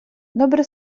добре